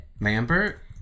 Lambert